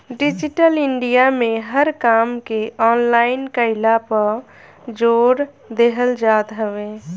digital India में हर काम के ऑनलाइन कईला पअ जोर देहल जात हवे